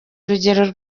urugero